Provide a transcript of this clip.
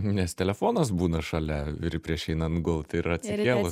nes telefonas būna šalia ir prieš einant gult ir atsikėlus